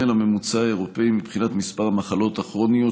לממוצע האירופי מבחינת מספר המחלות הכרוניות,